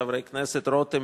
חברי הכנסת רותם,